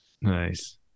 Nice